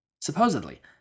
Supposedly